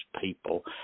people